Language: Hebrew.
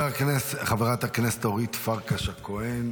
חברת הכנסת אורית פרקש הכהן,